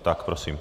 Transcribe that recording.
Tak prosím.